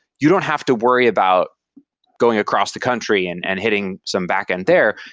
you don't have to worry about going across the country and and hitting some backend there.